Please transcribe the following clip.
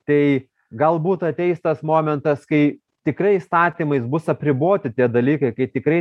tai galbūt ateis tas momentas kai tikrai įstatymais bus apriboti tie dalykai kai tikrai